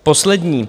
Poslední.